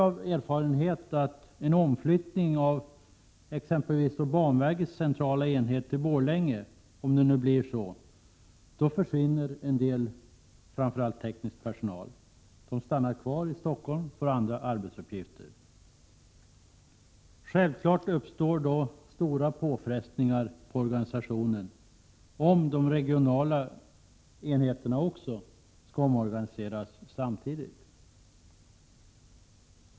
Av erfarenhet vet vi att en del av personalen, framför allt den tekniska personalen, kommer att försvinna om utflyttningen av banverkets centrala enhet till Borlänge blir av. De stannar i Stockholm, får andra arbetsuppgifter. Självfallet uppstår då stora påfrestningar om en regional omorganisation skall ske samtidigt.